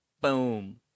Boom